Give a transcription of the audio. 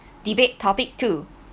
debate topic two